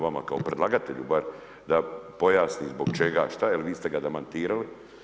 Vama kao predlagatelju bar da pojasni zbog čega, šta, jel vi ste ga demantirali.